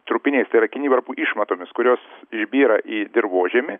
trupiniais tai yra kinivarpų išmatomis kurios išbyra į dirvožemį